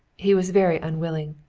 he was very unwilling.